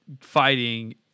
fighting